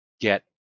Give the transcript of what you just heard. get